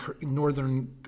Northern